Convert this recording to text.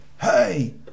Hey